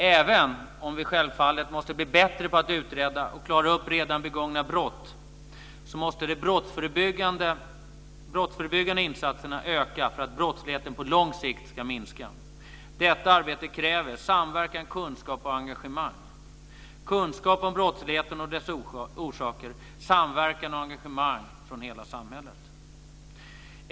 Även om vi självfallet måste bli bättre på att utreda och klara upp redan begångna brott måste de brottsförebyggande insatserna öka för att brottsligheten på lång sikt ska minska. Detta arbete kräver samverkan, kunskap och engagemang - kunskap om brottsligheten och dess orsaker, samverkan och engagemang från hela samhället.